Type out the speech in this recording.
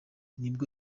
nibwo